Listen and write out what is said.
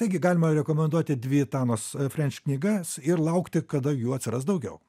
taigi galima rekomenduoti dvi tanos frenč knygas ir laukti kada jų atsiras daugiau